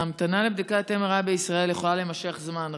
ההמתנה לבדיקות MRI בישראל יכולה להימשך זמן רב,